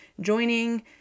joining